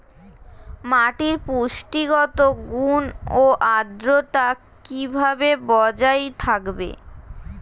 মাটির পুষ্টিগত গুণ ও আদ্রতা কিভাবে বজায় থাকবে?